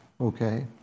okay